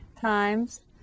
times